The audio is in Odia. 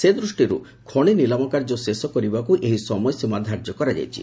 ସେ ଦୃଷ୍ଟିରୁ ଖଣି ନିଲାମ କାର୍ଯ୍ୟ ଶେଷ କରିବାକୁ ଏହି ସମୟସୀମା ଧାର୍ଯ୍ୟ କରାଯାଇଛି